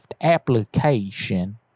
application